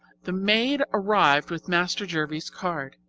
the maid arrived with master jervie's card.